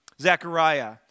Zechariah